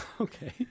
Okay